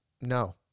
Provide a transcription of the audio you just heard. no